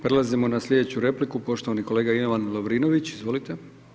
Prelazimo na slijedeću repliku poštovani kolega Ivan Lovrinović, izvolite.